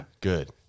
good